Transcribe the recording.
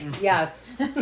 Yes